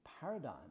paradigm